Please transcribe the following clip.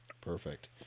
Perfect